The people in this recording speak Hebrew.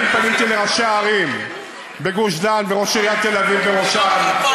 אני פניתי לראשי הערים בגוש-דן ולראשי עיריות תל-אביב וראש-העין,